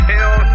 Hell